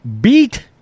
beat